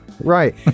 right